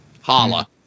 Holla